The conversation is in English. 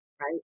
Right